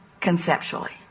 conceptually